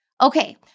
Okay